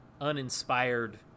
uninspired